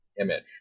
image